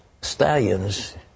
stallions